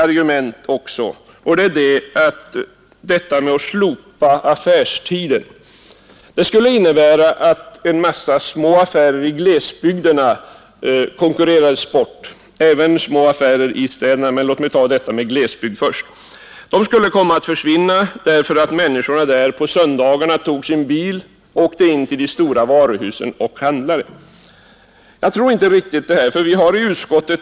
Man har också ett tredje argument, nämligen att slopandet av lagstiftningen skulle innebära att en stor mängd affärer i glesbygderna konkurrerades bort. Det skulle även ske med affärer i städerna, men låt mig ta glesbygdsbutikerna först. De skulle komma att försvinna genom att människorna på söndagarna kommer att ta sin bil och åka in till de stora varuhusen och handla där. Jag tror inte det.